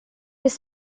his